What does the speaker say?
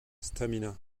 stamina